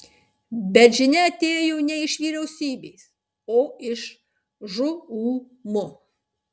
bet žinia atėjo ne iš vyriausybės o iš žūm